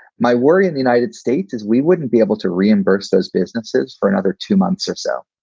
my worry in the united states is we wouldn't be able to reimburse those businesses for another two months or so.